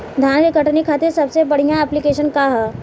धान के कटनी खातिर सबसे बढ़िया ऐप्लिकेशनका ह?